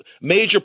major